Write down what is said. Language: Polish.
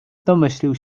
domyślił